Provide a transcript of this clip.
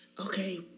okay